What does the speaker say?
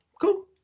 Cool